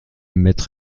maître